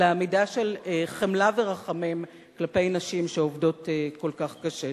אלא מידה של חמלה ורחמים כלפי נשים שעובדות כל כך קשה.